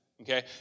Okay